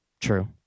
True